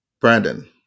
Brandon